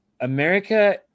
america